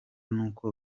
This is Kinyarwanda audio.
n’uko